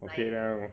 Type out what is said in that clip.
okay lah